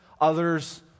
others